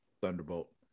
Thunderbolt